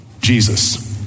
Jesus